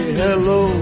hello